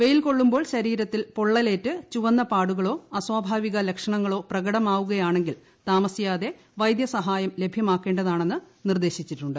വെയിൽ കൊള്ളുമ്പോൾ ശരീരത്തിൽ പൊള്ളലേറ്റ് ചുവന്ന പാടുകളോ അസ്വഭാവിക ലക്ഷണങ്ങളോ പ്രകടമാകുകയാണെങ്കിൽ താമസിയാതെ വൈദ്യസഹായം ലഭ്യമാക്കേണ്ടതാണെന്ന് നിർദ്ദേശിച്ചിട്ടുണ്ട്